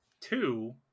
two